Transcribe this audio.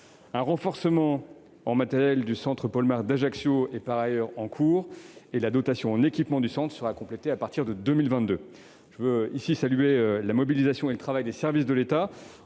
Un renforcement en matériel du centre Polmar d'Ajaccio est par ailleurs en cours, dont la dotation en équipements sera complétée à partir de 2022. Je veux saluer la mobilisation et le travail des services de l'État,